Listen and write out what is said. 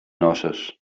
noces